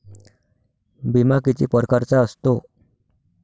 बिमा किती परकारचा असतो?